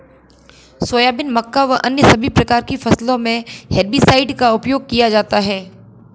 soybean, मक्का व अन्य सभी प्रकार की फसलों मे हेर्बिसाइड का उपयोग किया जाता हैं